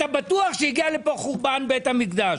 אתה בטוח שהגיע לפה חורבן בית המקדש.